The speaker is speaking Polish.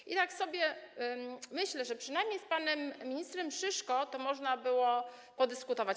I tak sobie myślę, że przynajmniej z panem minister Szyszką można było podyskutować.